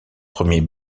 premier